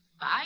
Bye